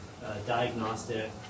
diagnostic